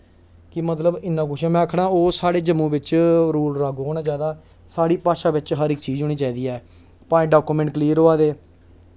कि मतलब इ'न्ना कुछ ऐ में आखना ओह् साढ़े जम्मू बिच रूल लागू होना चाहिदा साढ़ी भाशा बिच हर इक चीज होनी चाहिदी ऐ भाएं डॉक्यूमेंट क्लीयर होआ दे